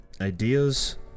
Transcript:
ideas